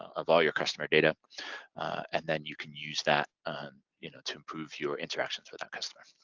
of all your customer data and then you can use that um you know to improve your interactions with that customer.